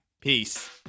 Peace